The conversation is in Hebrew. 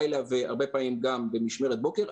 לילה והרבה פעמים גם במשמרת בוקר,